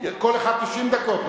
כל אחד 90 דקות?